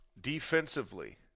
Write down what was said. Defensively